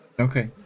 Okay